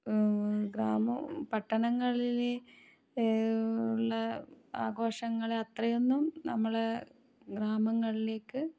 ഗ്രാമം പട്ടണങ്ങളിൽ ഉള്ള ആഘോഷങ്ങളത്രയൊന്നും നമ്മള ഗ്രാമങ്ങളിലേക്ക്